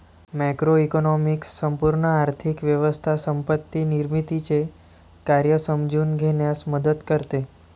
macroeconomics संपूर्ण आर्थिक व्यवस्था संपत्ती निर्मितीचे कार्य समजून घेण्यास मदत करते